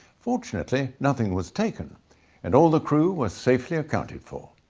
fortunately nothing was taken and all the crew was safely accounted for.